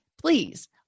Please